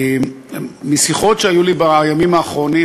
משיחות שהיו לי בימים האחרונים,